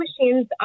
machines